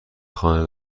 خانه